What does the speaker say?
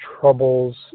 troubles